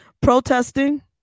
protesting